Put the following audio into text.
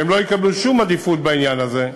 והם לא יקבלו שום עדיפות בעניין הזה.